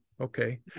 Okay